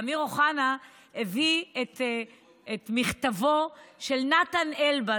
ואמיר אוחנה הביא את מכתבו של נתן אלבז,